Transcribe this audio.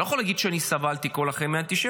אני לא יכול להגיד שאני סבלתי כל החיים מאנטישמיות,